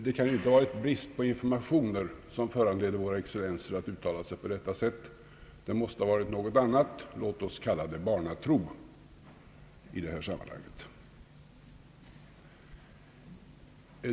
Det kan inte ha varit brist på informationer som föranledde våra excellenser att uttala sig på detta sätt. Det måste ha varit något annat. Låt oss kalla det barnatro i det här sammanhanget.